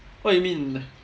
what you mean